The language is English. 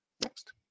Next